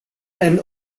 and